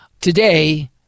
Today